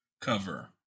cover